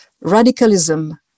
radicalism